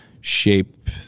shape